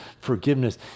forgiveness